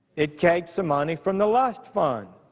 it takes the money from the luft fund.